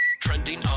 Trending